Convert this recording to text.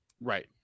Right